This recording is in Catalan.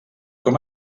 com